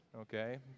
okay